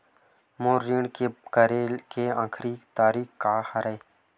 मोर ऋण के करे के आखिरी तारीक का हरे?